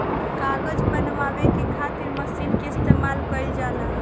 कागज बनावे के खातिर मशीन के इस्तमाल कईल जाला